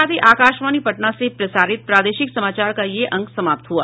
इसके साथ ही आकाशवाणी पटना से प्रसारित प्रादेशिक समाचार का ये अंक समाप्त हुआ